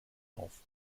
auf